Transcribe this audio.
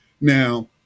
Now